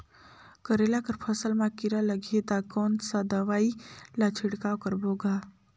करेला कर फसल मा कीरा लगही ता कौन सा दवाई ला छिड़काव करबो गा?